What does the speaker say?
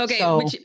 okay